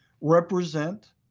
represent